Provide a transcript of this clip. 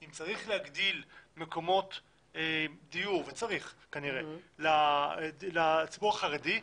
אם צריך להגדיל מקומות דיור לציבור החרדי,